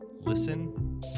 Listen